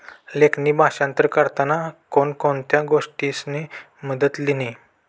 लेखणी भाषांतर करताना कोण कोणत्या गोष्टीसनी मदत लिनी